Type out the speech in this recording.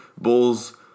Bulls